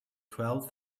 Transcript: twelve